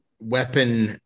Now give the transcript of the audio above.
Weapon